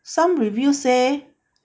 some review say